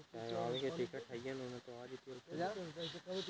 Online निकासी के भी कोनो प्रावधान छै की?